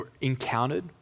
encountered